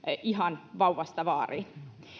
ihan vauvasta vaariin